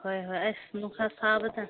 ꯍꯣꯏ ꯍꯣꯏ ꯑꯁ ꯅꯨꯡꯁꯥ ꯁꯥꯕꯁꯦ